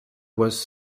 was